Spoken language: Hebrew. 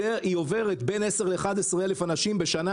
זה בין 10,000 ל-11,000 אנשים בשנה,